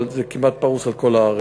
אבל זה פרוס כמעט על כל הארץ.